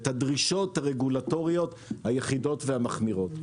את הדרישות הרגולטוריות היחידות והמחמירות.